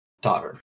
daughter